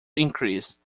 increased